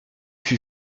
fut